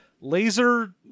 laser